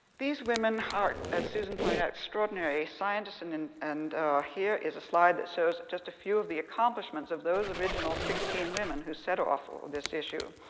these women are, as susan pointed out, extraordinary scientists. and and and here is a slide that shows just a few of the accomplishments of those original sixteen women who set off this issue.